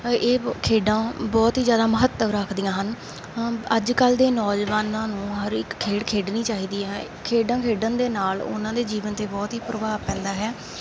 ਇਹ ਖੇਡਾਂ ਬਹੁਤ ਹੀ ਜ਼ਿਆਦਾ ਮਹੱਤਵ ਰੱਖਦੀਆਂ ਹਨ ਅੱਜ ਕੱਲ੍ਹ ਦੇ ਨੌਜਵਾਨਾਂ ਨੂੰ ਹਰੇਕ ਖੇਡ ਖੇਡਣੀ ਚਾਹੀਦੀ ਹੈ ਖੇਡਾਂ ਖੇਡਣ ਦੇ ਨਾਲ ਉਨ੍ਹਾਂ ਦੇ ਜੀਵਨ 'ਤੇ ਬਹੁਤ ਹੀ ਪ੍ਰਭਾਵ ਪੈਂਦਾ ਹੈ